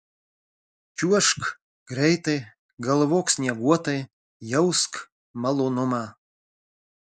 čiuožk greitai galvok snieguotai jausk malonumą